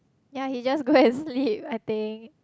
yea he just go and sleep I think